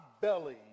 belly